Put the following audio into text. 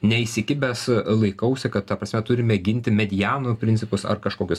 ne įsikibęs laikausi kad ta prasme turime ginti medianų principus ar kažkokius